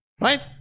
right